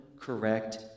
correct